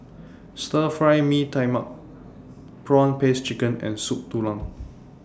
Stir Fry Mee Tai Mak Prawn Paste Chicken and Soup Tulang